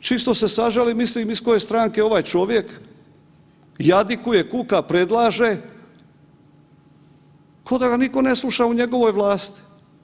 čisto se sažalim i mislim iz koje je stranke ovaj čovjek jadikuje, kuka, predlaže ko da ga niko ne sluša u njegovoj vlasti.